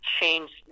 changed